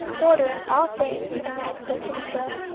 ordering all things in thy potent will,